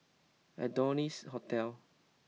Adonis Hotel